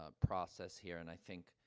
ah process here. and i think,